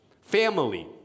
family